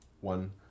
one